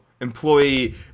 employee